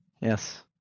Yes